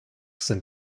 sind